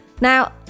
Now